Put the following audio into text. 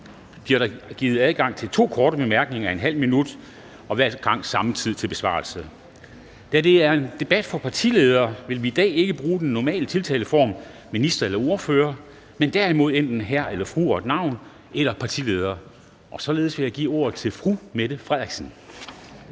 bliver der givet adgang til to korte bemærkninger af ½ minuts varighed og hver gang med samme tid til besvarelse. Da det er en debat for partiledere, vil vi i dag ikke bruge den normale tiltaleform, minister eller ordfører, men derimod enten hr. eller fru og et navn eller partileder. Således vil jeg give ordet til fru Mette Frederiksen.